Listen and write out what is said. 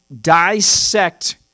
dissect